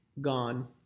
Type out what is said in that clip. gone